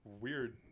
weird